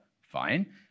fine